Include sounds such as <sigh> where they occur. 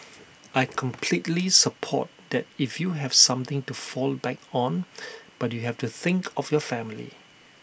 <noise> I completely support that if you have something to fall back on but you have to think of your family